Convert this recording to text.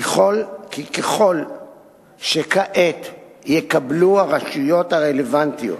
כי ככל שכעת יקבלו הרשויות הרלוונטיות